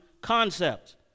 concept